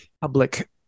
public